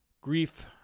grief